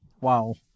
wow